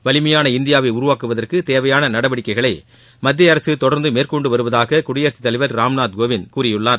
வலிமையான இந்தியாவை உருவாக்குவதற்கு தேவையான நடவடிக்கைகளை மத்திய அரசு தொடர்ந்து மேற்கொண்டு வருவதாக குடியரசுத் தலைவர் திரு ராம்நாத் கோவிந்த் கூறியுள்ளார்